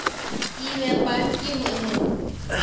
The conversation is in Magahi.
ई व्यापार की होय है?